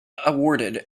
awarded